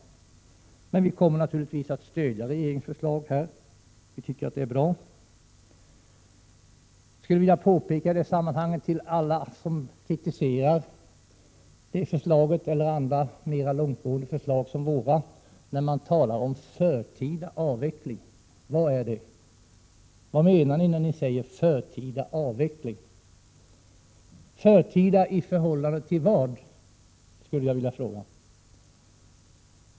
Men vi kommer naturligtvis att stödja regeringens förslag; vi tycker att det är bra. I detta sammanhang vill jag fråga alla som kritiserar det förslaget, eller andra mer långtgående förslag som våra: Vad menar ni när ni talar om förtida avveckling?